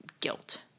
guilt